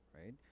right